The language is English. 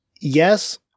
yes